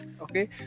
okay